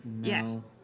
Yes